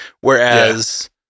whereas